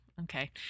Okay